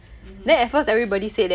mmhmm